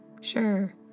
Sure